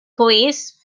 police